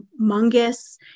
humongous